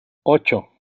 ocho